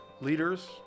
leaders